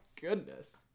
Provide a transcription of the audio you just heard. goodness